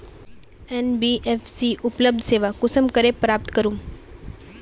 NBFC उपलब्ध सेवा कुंसम करे प्राप्त करूम?